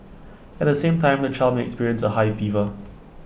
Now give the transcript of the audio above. at the same time the child may experience A high fever